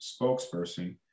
spokesperson